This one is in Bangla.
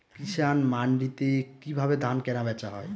কৃষান মান্ডিতে কি ভাবে ধান কেনাবেচা হয়?